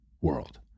world